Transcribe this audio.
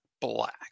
black